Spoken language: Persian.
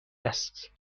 است